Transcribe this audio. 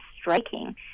striking